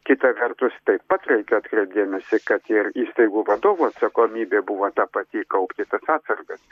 kita vertus taip pat reikia atkreipt dėmesį kad ir įstaigų vadovų atsakomybė buvo ta pati kaupti tas atsargas